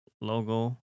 logo